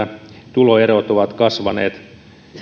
tuloerot ovat kasvaneet